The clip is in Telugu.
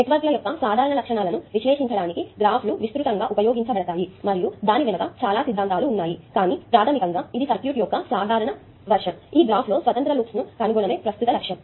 నెట్వర్క్ల యొక్క సాధారణ లక్షణాలను విశ్లేషించడానికి గ్రాఫ్లు విస్తృతంగా ఉపయోగించబడుతున్నాయి మరియు దాని వెనుక చాలా సిద్ధాంతాలు ఉన్నాయి కానీ ప్రాథమికంగా ఇది సర్క్యూట్ యొక్క సాధారణ వర్షన్ ఈ గ్రాఫ్లో స్వతంత్ర లూప్స్ సంఖ్యను కనుగొనడమే ప్రస్తుత లక్ష్యం